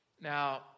Now